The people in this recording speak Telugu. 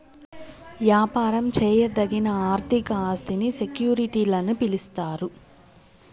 యాపారం చేయదగిన ఆర్థిక ఆస్తిని సెక్యూరిటీలని పిలిస్తారు